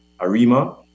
Arima